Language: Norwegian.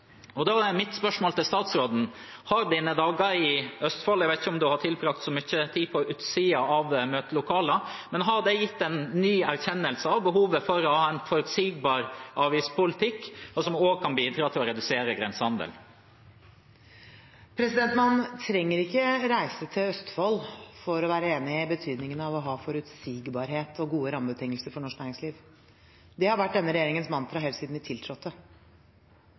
Da er mitt spørsmål til statsråden: Har hennes dager i Østfold – jeg vet ikke om hun har tilbrakt så mye tid på utsiden av møtelokalene – gitt en ny erkjennelse av behovet for å ha en forutsigbar avgiftspolitikk som også kan bidra til å redusere grensehandelen? Man trenger ikke reise til Østfold for å være enig i betydningen av å ha forutsigbarhet og gode rammebetingelser for norsk næringsliv. Det har vært denne regjeringens mantra helt siden vi tiltrådte.